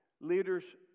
leaders